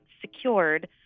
secured